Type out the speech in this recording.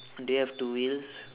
they have two wheels